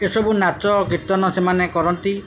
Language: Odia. ଏସବୁ ନାଚ କୀର୍ତ୍ତନ ସେମାନେ କରନ୍ତି